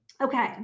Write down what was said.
Okay